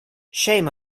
shame